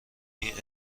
این